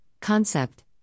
concept